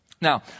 Now